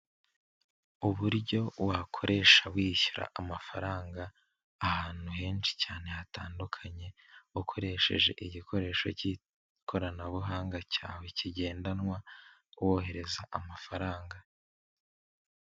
Uburyo wakoresha wishyura amafaranga ahantu henshi cyane hatandukanye ukoresheje igikoresho cy'ikoranabuhanga cyawe kigendanwa wohereza amafaranga.